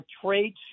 trade